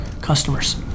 customers